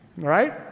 Right